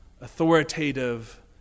authoritative